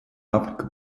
африка